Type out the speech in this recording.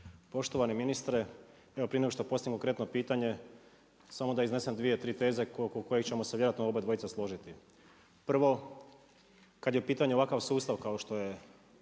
Poštovani ministre, evo prije nego što postavim konkretno pitanje samo da iznesem dvije, tri teze oko kojih ćemo se vjerojatno oba dvojica složiti. Prvo, kada je u pitanju ovakav sustav kao što je